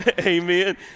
amen